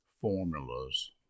formulas